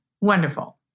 Wonderful